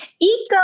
Eco